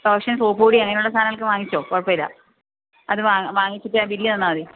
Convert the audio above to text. lotion soap പൊടി അങ്ങനെയുള്ള സാധനങ്ങളൊക്കെ വാങ്ങിച്ചുകൊള്ളൂ കുഴപ്പമില്ല അത് വാങ്ങിച്ചിട്ട് ആ ബില് തന്നാല് മതി